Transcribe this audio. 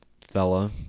fella